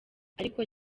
ariko